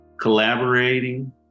Collaborating